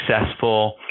successful